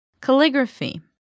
Calligraphy